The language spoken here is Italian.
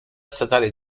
statale